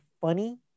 funny